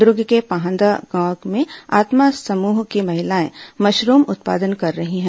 दूर्ग के पाहंदा गांव में आत्मा समूह की महिलाये मशरूम उत्पादन कर रही हैं